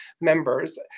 members